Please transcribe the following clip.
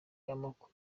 amakuru